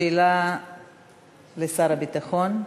שאלה לשר הביטחון,